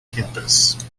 campus